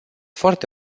foarte